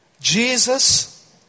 Jesus